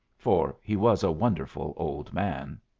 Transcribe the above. for he was a wonderful old man.